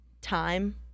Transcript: time